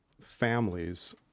families